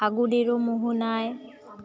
ফাগুনের মোহনায়